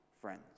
friends